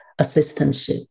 assistantship